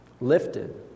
lifted